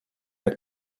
jak